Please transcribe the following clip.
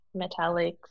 metallics